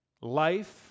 Life